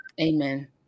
Amen